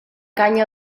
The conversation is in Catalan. canya